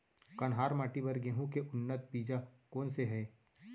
कन्हार माटी बर गेहूँ के उन्नत बीजा कोन से हे?